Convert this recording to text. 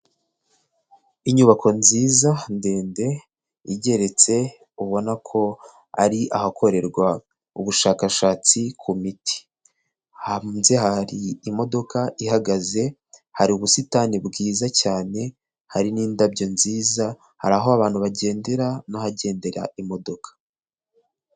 Inyubako nziza ndende igeretse ubona ko ari ahakorerwa ubushakashatsi ku miti, hanze hari imodoka ihagaze hari ubusitani bwiza cyane hari n'indabyo nziza hari aho abantu bagendera n'ahagendera imodoka.